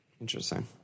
Interesting